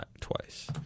twice